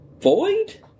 void